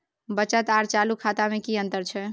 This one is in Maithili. बचत आर चालू खाता में कि अतंर छै?